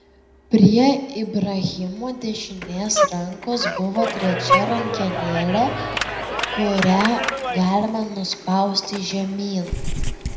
prie ibrahimo dešinės rankos buvo trečia rankenėlė kurią galima nuspausti žemyn